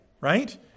right